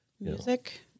music